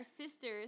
sisters